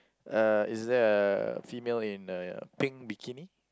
uh is there a female in a pink bikini